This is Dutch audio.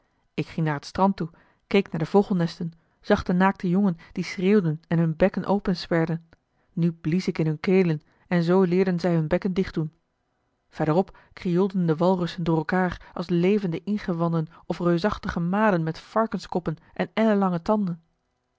ik ging naar het strand toe keek naar de vogelnesten zag de naakte jongen die schreeuwden en hun bekken opensperden nu blies ik in hun kelen en zoo leerden zij hun bekken dichtdoen verderop krioelden de walrussen door elkaar als levende ingewanden of reusachtige maden met varkenskoppen en ellenlange tanden